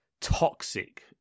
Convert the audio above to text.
toxic